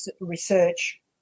research